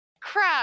Crap